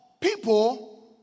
people